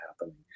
happening